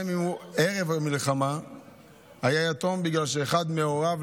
גם אם ערב המלחמה היה יתום בגלל שאחד מהוריו,